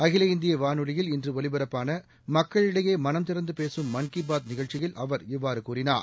அகில இந்திய வானொலியில் இன்று ஒலிபரப்பான மக்களிடையே மனம் திறந்து பேசும் மன் கி பாத் நிகழ்ச்சியல் அவர் இவ்வாறு கூறினார்